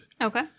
Okay